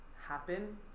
happen